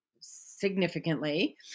significantly